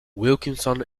wilkinson